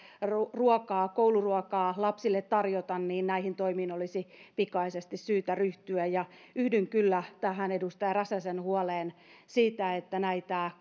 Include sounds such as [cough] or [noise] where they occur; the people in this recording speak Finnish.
kouluruokaa lapsille tarjota niin näihin toimiin olisi pikaisesti syytä ryhtyä ja yhdyn kyllä tähän edustaja räsäsen huoleen siitä että näitä [unintelligible]